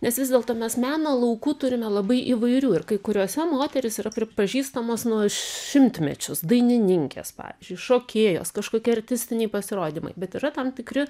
nes vis dėlto mes meno laukų turime labai įvairių ir kai kuriuose moterys yra pripažįstamos nuo šimtmečius dainininkės pavyzdžiui šokėjos kažkokie artistiniai pasirodymai bet yra tam tikri